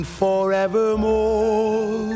forevermore